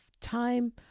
time